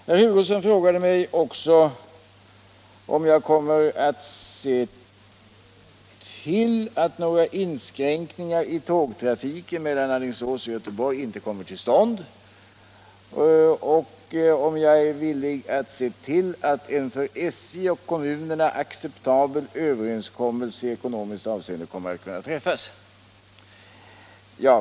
Herr Hugosson frågade mig också, om jag kommer att se till att några inskränkningar i tågtrafiken mellan Alingsås och Göteborg inte kommer till stånd och om jag är villig att se till att en för SJ och kommunerna acceptabel överenskommelse i ekonomiskt avseende kommer att kunna träffas.